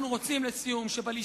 אנחנו רוצים שבלשכה